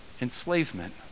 enslavement